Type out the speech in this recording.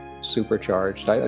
supercharged